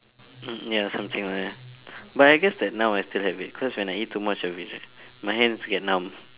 mm ya something like that but I guess that now I still have it cause when I eat too much of it right my hands get numb